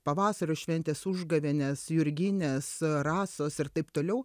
pavasario šventės užgavėnės jurginės rasos ir taip toliau